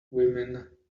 women